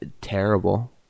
terrible